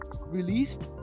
released